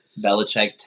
Belichick